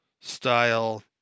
style